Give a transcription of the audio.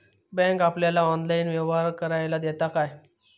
Bank आपल्याला online व्यवहार करायला देता काय?